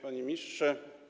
Panie Ministrze!